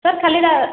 sir ଖାଲି ଏଇଟା